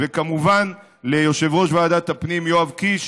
וכמובן ליושב-ראש ועדת הפנים יואב קיש,